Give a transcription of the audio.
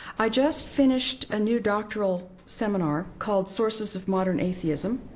i just finished a new doctoral seminar called sources of modern atheism,